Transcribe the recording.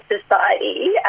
society